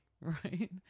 right